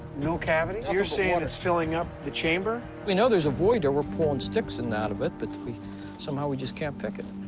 no cavity? you're seeing it's filling up the chamber. we know there's a void there. we're pulling sticks and out of it, but somehow we just can't pick it.